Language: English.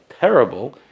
terrible